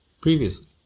previously